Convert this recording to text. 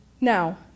Now